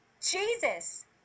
Jesus